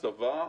הצבא.